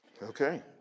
Okay